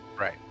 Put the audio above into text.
right